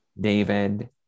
David